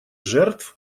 жертв